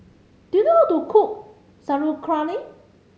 do you know how to cook Sauerkraut